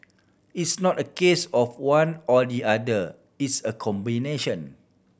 it's not a case of one or the other it's a combination